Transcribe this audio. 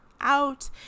Out